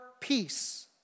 peace